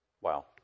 Wow